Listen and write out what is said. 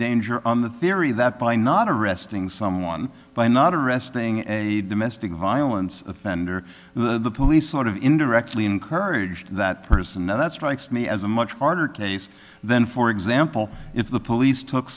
danger on the theory that by not arresting someone by not arresting a domestic violence offender the police sort of indirectly encourage that person and that strikes me as a much harder case than for example if the police took